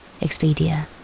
Expedia